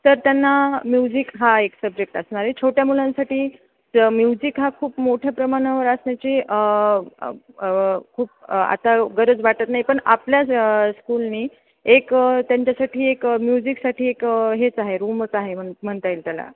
sir त्यांना music हा एक सब्जेक्ट असणारे छोट्या मुलांसाठी ज म्युझिक हा खूप मोठ्या प्रमाणावर असण्याची खूप आता गरज वाटत नाही पण आपल्याच स्कूलनी एक त्यांच्यासाठी एक म्युझिकसाठी एक हेच आहे रूमच आहे म्हन म्हणता येईल त्याला